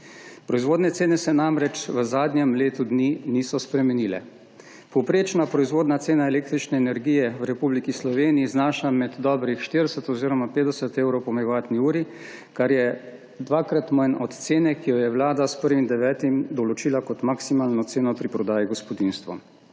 Proizvodne cene se namreč v zadnjem letu dni niso spremenile. Povprečna proizvodna cena električne energije v Republiki Sloveniji znaša med dobrih 40 oziroma 50 evrov po megavatni uri, kar je dvakrat manj od cene, ki jo je vlada s 1. 9. določila kot maksimalno ceno pri prodaji gospodinjstva.